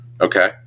Okay